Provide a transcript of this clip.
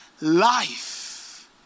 life